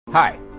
Hi